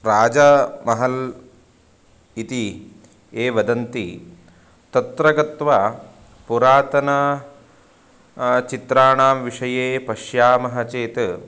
राजामहल् इति ये वदन्ति तत्र गत्वा पुरातनानां चित्राणां विषये पश्यामः चेत्